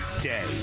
day